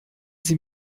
sie